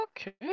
Okay